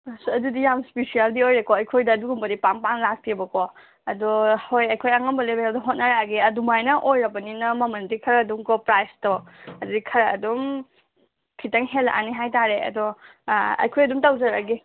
ꯑꯁ ꯑꯗꯨꯗꯤ ꯌꯥꯝ ꯏꯁꯄꯤꯁꯦꯜꯗꯤ ꯑꯣꯏꯔꯦꯀꯣ ꯑꯩꯈꯣꯏꯗ ꯑꯗꯨꯒꯨꯝꯕꯗꯤ ꯄꯥꯛ ꯄꯥꯛꯅ ꯂꯥꯛꯇꯦꯕꯀꯣ ꯑꯗꯣ ꯍꯣꯏ ꯑꯩꯈꯣꯏ ꯑꯉꯝꯕ ꯂꯦꯕꯦꯜꯗ ꯍꯣꯠꯅꯔꯛꯑꯒꯦ ꯑꯗꯨꯃꯥꯏꯅ ꯑꯣꯏꯔꯕꯅꯤꯅ ꯃꯃꯜꯗꯤ ꯈꯔ ꯑꯗꯨꯝ ꯀꯣ ꯄ꯭ꯔꯥꯏꯁꯇꯣ ꯑꯗꯨꯗꯤ ꯈꯔ ꯑꯗꯨꯝ ꯈꯤꯇꯪ ꯍꯦꯂꯛꯑꯅꯤ ꯍꯥꯏ ꯇꯔꯦ ꯑꯗꯣ ꯑꯩꯈꯣꯏ ꯑꯗꯨꯝ ꯇꯧꯖꯔꯛꯑꯒꯦ